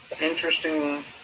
interesting